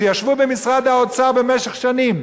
שישבו במשרד האוצר במשך שנים,